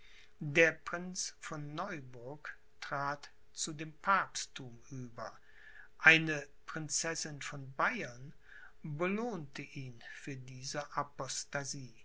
der prinz von neuburg trat zu dem papstthum über eine prinzessin von bayern belohnte ihn für diese